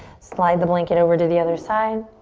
slide the blanket over to the other side.